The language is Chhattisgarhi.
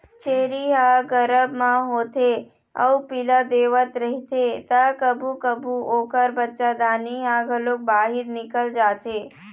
छेरी ह गरभ म होथे अउ पिला देवत रहिथे त कभू कभू ओखर बच्चादानी ह घलोक बाहिर निकल जाथे